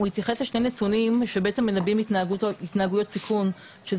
הוא התייחס לשני נתונים שמנבאים התנהגות סיכון שזה